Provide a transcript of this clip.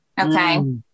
Okay